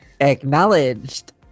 Acknowledged